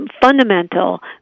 fundamental